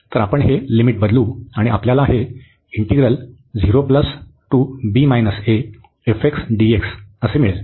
तर आपण हे लिमिट बदलू आणि आपल्याला हे मिळेल